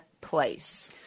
place